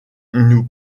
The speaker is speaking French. nous